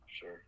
Sure